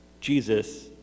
Jesus